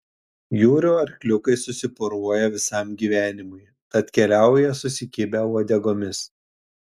jūrų arkliukai susiporuoja visam gyvenimui tad keliauja susikibę uodegomis